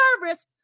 service